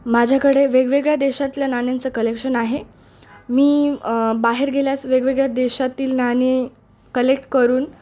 माझ्याकडे वेगवेगळ्या देशातल्या नाण्यांचं कलेक्शन आहे मी बाहेर गेल्यास वेगवेगळ्या देशातील नाणी कलेक्ट करून